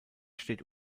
steht